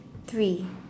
three